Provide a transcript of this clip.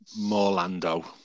Morlando